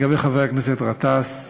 לגבי חבר הכנסת גטאס,